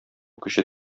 көче